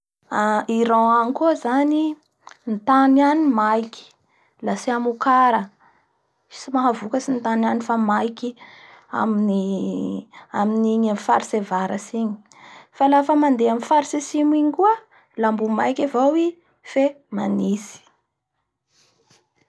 A Iran agny koa zany ny tany agny maiky la tsy amokara tsy mahavokatry ny tany any fa maiky amin'nigny faraitry avatry igny fa lafa mandeh amin'ny farotsy atsimo igny koa la mbo maiky avao i fe manintsy.